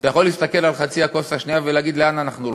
אתה יכול להסתכל על מחצית הכוס השנייה ולהגיד: לאן אנחנו הולכים?